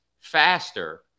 faster